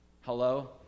Hello